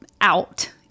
out